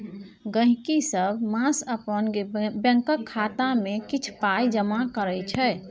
गहिंकी सब मास अपन बैंकक खाता मे किछ पाइ जमा करै छै